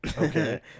Okay